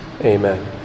Amen